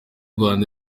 rwanda